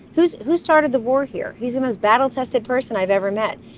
who who started the war here? he's the most battle-tested person i've ever met.